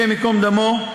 השם ייקום דמו,